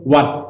one